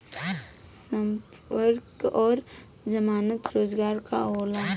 संपार्श्विक और जमानत रोजगार का होला?